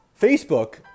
Facebook